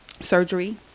Surgery